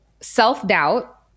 self-doubt